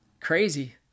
Crazy